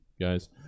guys